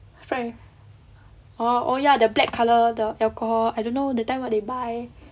sprite with oh ya the black colour the alcohol I don't know that time what they buy